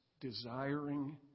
desiring